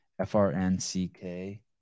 F-R-N-C-K